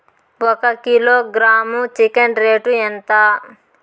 ఒక kilogram chicken rate ఎంత?